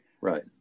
right